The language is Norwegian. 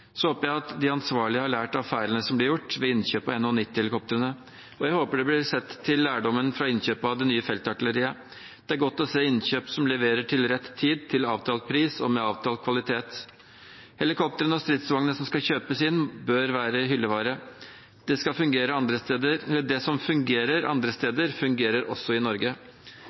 Jeg håper de ansvarlige har lært av feilene som ble gjort ved innkjøp av NH90-helikoptrene, og jeg håper det blir sett til lærdommen fra innkjøpet av det nye feltartilleriet. Det er godt å se innkjøp som leverer til rett tid, til avtalt pris og med avtalt kvalitet. Helikoptrene og stridsvognene som skal kjøpes inn, bør være hyllevare. Det som fungerer andre steder, fungerer også i Norge. Vi er mange som er utålmodige etter å få reetablert et forsvar som i